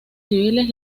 civiles